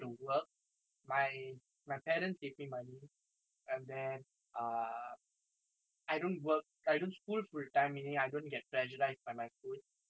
and then uh I don't work I don't school full time meaning I don't get pressurised by my school so it's a bad thing cause I'm just procrastinating what I have to do